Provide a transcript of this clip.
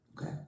Okay